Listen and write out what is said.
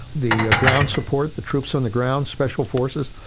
the ground support the troops on the ground, special forces,